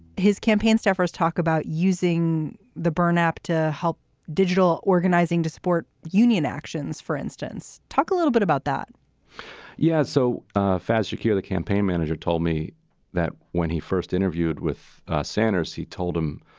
his campaign staffers talk about using the burn app to help digital organizing to support union actions, for instance. talk a little bit about that yeah. so faz, you cure the campaign manager told me that when he first interviewed with sanders, he told him,